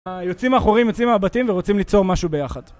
יוצאים מהחורים, יוצאים מהבתים, ורוצים ליצור משהו ביחד